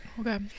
Okay